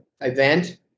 event